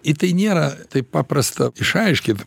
i tai nėra taip paprasta išaiškint